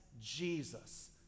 Jesus